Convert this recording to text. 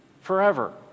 forever